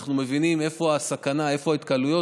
אנחנו מבינים איפה הסכנה, איפה ההתקהלויות.